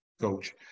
coach